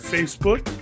Facebook